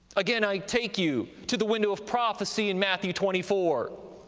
again, i take you to the window of prophecy in matthew twenty four.